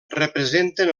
representen